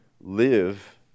live